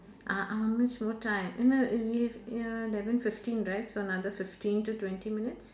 uh how much more time ya eleven fifteen right so another fifteen to twenty minutes